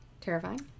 terrifying